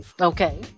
Okay